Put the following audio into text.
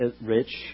rich